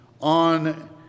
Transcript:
on